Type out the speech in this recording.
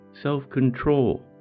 self-control